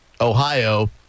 Ohio